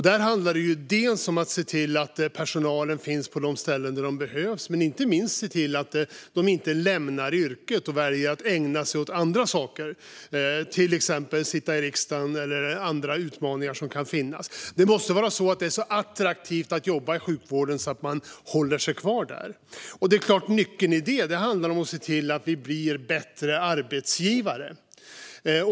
Det handlar om att se till att personalen finns på de ställen där de behövs, men inte minst om att se till att de inte lämnar yrket och väljer att ägna sig åt andra saker, till exempel att sitta i riksdagen eller andra utmaningar. Det måste vara så attraktivt att jobba i sjukvården att man håller sig kvar där. Nyckeln i det sammanhanget är att se till att vi blir bättre arbetsgivare.